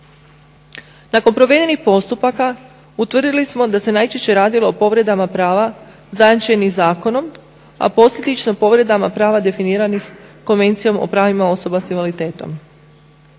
Nakon provedenih postupaka utvrdili smo da se najčešće radilo o povredama prava zajamčenih zakonom, a posljedično povredama prava definiranih Konvencijom o pravima osoba sa invaliditetom.